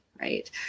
right